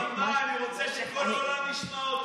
אני רוצה שכל העולם ישמע אותי,